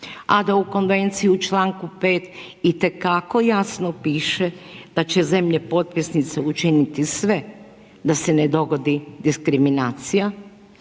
a da u Konvenciji u članku 5. itekako jasno piše da će zemlje potpisnice učini sve da se ne dogodi diskriminacija.